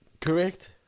Correct